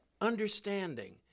understanding